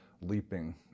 leaping